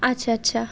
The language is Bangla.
আচ্ছা আচ্ছা